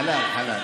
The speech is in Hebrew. חלאל.